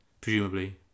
Presumably